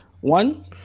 one